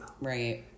Right